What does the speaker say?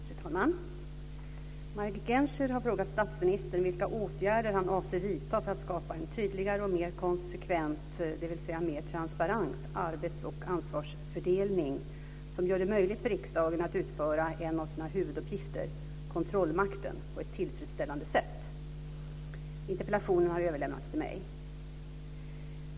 Fru talman! Margit Gennser har frågat statsministern vilka åtgärder han avser vidta för att skapa en tydligare och mer konsekvent, dvs. mer transparent, arbets och ansvarsfördelning som gör det möjligt för riksdagen att utföra en av sina huvuduppgifter, kontrollmakten, på ett tillfredsställande sätt. Interpellationen har överlämnats till mig.